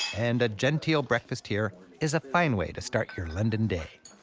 and a genteel breakfast here is a fine way to start your london day.